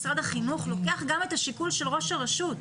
משרד החינוך לוקח גם את השיקול של ראש הרשות.